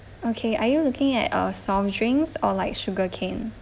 okay are you looking at uh soft drinks or like sugarcane